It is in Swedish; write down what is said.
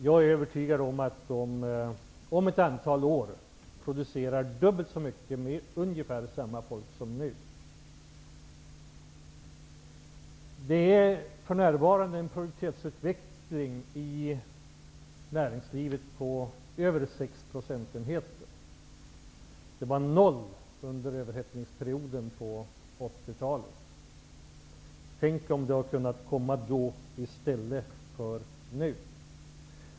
Jag är övertygad om att de producerar dubbelt så mycket med ungefär samma antal anställda som nu. Produktivitetsutvecklingen i näringslivet är för närvarande på över sex procentenheter. Den var noll under överhettningsperioden på 80-talet. Tänk om den hade kunnat komma då i stället för nu!